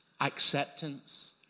acceptance